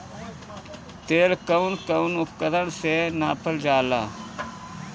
तेल कउन कउन उपकरण से नापल जाला?